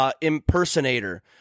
impersonator